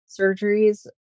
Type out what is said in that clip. surgeries